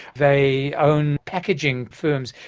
they own packaging firms,